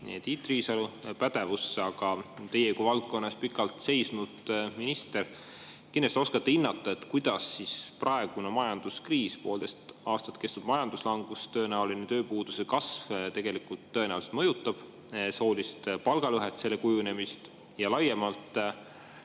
Tiit Riisalo pädevusse, aga teie kui valdkonna eest pikalt seisnud minister kindlasti oskate hinnata, kuidas praegune majanduskriis, poolteist aastat kestnud majanduslangus ja tõenäoline tööpuuduse kasv mõjutab soolist palgalõhet, selle kujunemist ja laiemalt